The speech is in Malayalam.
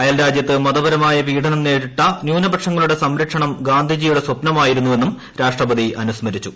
അയൽ രാജ്യത്ത് മതപരമായ പീഡനം നേരിട്ട ന്യൂനപക്ഷങ്ങളുടെ സംരക്ഷണം ഗാന്ധിജിയുടെ സ്ഥപ്നമായിരുന്നുവെന്നും രാഷ്ട്രപതി അനുസ്മരിച്ചു